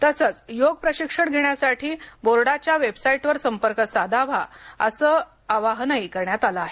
तसंच योग प्रशिक्षण घेण्यासाठी बोर्डाच्या वेबसाईटवर संपर्क साधावा असंही आवाहन करण्यात आलं आहे